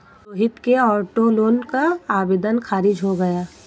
रोहित के auto loan का आवेदन खारिज हो गया